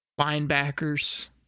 linebackers